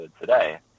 today